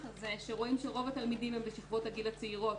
זה שרוב התלמידים הם בשכבות הגיל הצעירות.